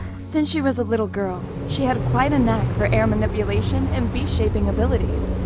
since she was a little girl, she had quite a knack for air manipulation and beast shaping abilities.